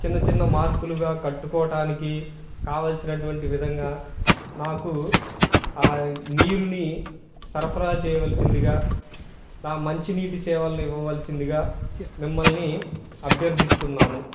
చిన్న చిన్న మార్పులుగా కట్టుకోవటానికి కావాల్సినటువంటి విధంగా నాకు నీరుని సరఫరా చేయవలసిందిగా ఇ మంచినీటి సేవల్ని ఇవ్వవాలసిందిగా మిమ్మల్ని అభ్యర్థిస్తున్నాను